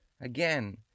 Again